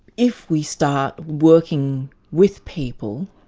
if we start working with people,